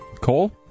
Cole